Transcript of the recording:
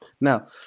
Now